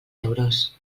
euros